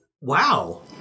wow